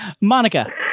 monica